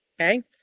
okay